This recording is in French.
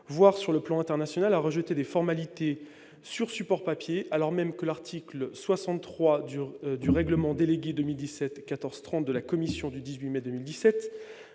voire sur le plan international, à rejeter les formalités sur support papier. Or l'article 63 du règlement délégué 2017-1430 de la Commission du 18 mai 2017